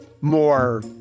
more